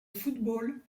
football